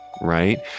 right